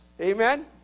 amen